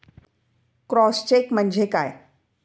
Cross check म्हणजे काय?